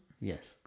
Yes